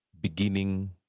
beginning